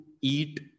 eat